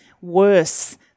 worse